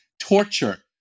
torture